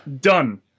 done